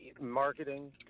marketing